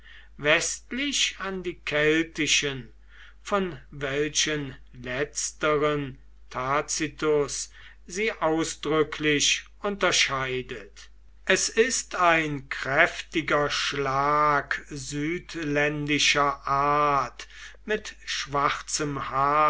westlich an die keltischen von welchen letzteren tacitus sie ausdrücklich unterscheidet es ist ein kräftiger schlag südländischer art mit schwarzem haar